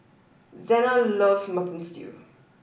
Zena loves Mutton Stew